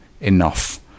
enough